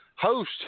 host